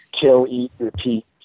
kill-eat-repeat